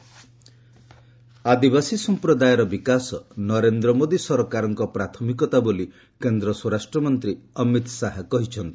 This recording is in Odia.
ଶାହା ଆଦି ମହୋତ୍ସବ ଆଦିବାସୀ ସଫପ୍ରଦାୟର ବିକାଶ ନରେନ୍ଦ୍ର ମୋଦି ସରକାରଙ୍କ ପ୍ରାଥମିକତା ବୋଲି କେନ୍ଦ୍ର ସ୍ୱରାଷ୍ଟ୍ରମନ୍ତ୍ରୀ ଅମିତ ଶାହା କହିଛନ୍ତି